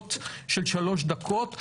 אמירות של שלוש דקות,